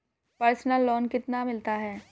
Personal loan कितना मिलता है?